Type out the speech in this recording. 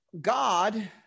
God